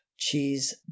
Cheese